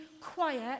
quiet